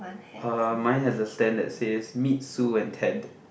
uh mine has a stand that says meet Sue and Ted